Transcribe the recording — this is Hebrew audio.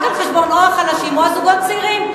רק על חשבון החלשים או הזוגות הצעירים,